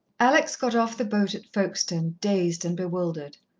alex got off the boat at folkestone, dazed and bewildered.